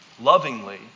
lovingly